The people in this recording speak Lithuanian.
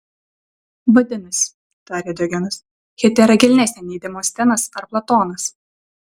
vadinasi tarė diogenas hetera kilnesnė nei demostenas ar platonas